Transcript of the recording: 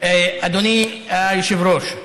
אדוני היושב-ראש,